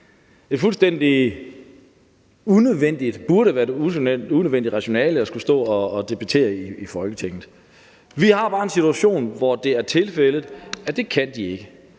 et fuldstændig unødvendigt anliggende at skulle stå at debattere i Folketingssalen. Vi har bare en situation, hvor det er tilfældet, at det kan de ikke.